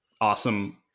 awesome